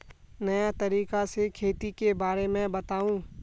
नया तरीका से खेती के बारे में बताऊं?